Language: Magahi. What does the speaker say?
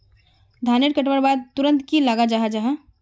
धानेर कटवार बाद तुरंत की लगा जाहा जाहा?